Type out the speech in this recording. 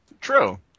True